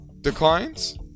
declines